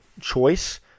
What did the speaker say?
choice